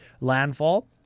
landfall